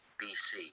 BC